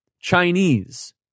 Chinese